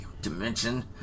Dimension